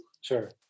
Sure